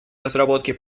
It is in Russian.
разработки